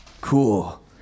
Cool